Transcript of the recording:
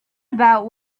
about